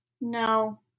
No